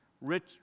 Rich